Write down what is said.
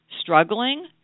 struggling